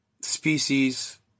species